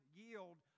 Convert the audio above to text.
yield